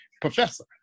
professor